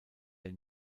der